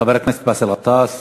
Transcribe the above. חבר הכנסת באסל גטאס,